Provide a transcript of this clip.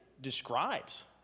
describes